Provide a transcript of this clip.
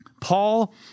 Paul